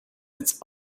its